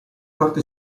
parte